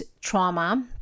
trauma